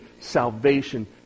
salvation